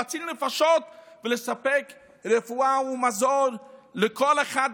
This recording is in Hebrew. להציל נפשות ולספק רפואה ומזון לכל אחד,